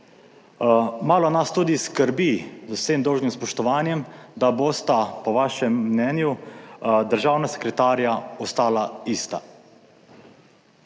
Malo nas tudi skrbi, z vsem dolžnim spoštovanjem, da bosta po vašem mnenju državna sekretarja ostala ista.